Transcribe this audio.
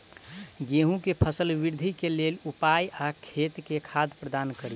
गेंहूँ केँ फसल वृद्धि केँ लेल केँ उपाय आ खेत मे खाद प्रदान कड़ी?